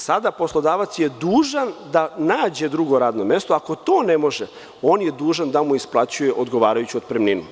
Sada je poslodavac dužan da nađe drugo radno mesto, a ako to ne može, on je dužan da mu isplaćuje odgovarajuću otpremninu.